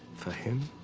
for him,